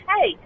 Hey